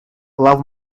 love